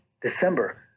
December